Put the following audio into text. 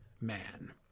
man